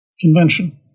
convention